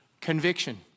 conviction